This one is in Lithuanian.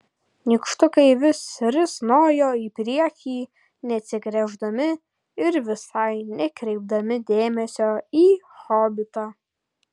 nykštukai vis risnojo į priekį neatsigręždami ir visai nekreipdami dėmesio į hobitą